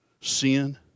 Sin